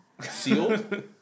Sealed